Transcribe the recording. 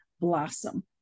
blossom